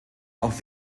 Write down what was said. auch